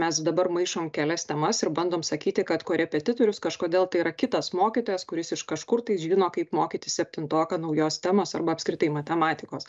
mes dabar maišom kelias temas ir bandom sakyti kad korepetitorius kažkodėl tai yra kitas mokytojas kuris iš kažkur tai žino kaip mokyti septintoką naujos temos arba apskritai matematikos